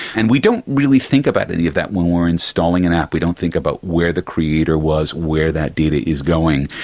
and we don't really think about any of that when we are installing an app, we don't think about where the creator was, where that data is going.